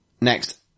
Next